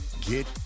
get